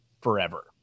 forever